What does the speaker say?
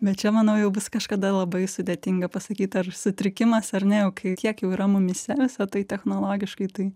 bet čia manau jau bus kažkada labai sudėtinga pasakyt ar sutrikimas ar ne o kai tiek jau yra mumyse visa tai technologiškai tai